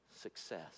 success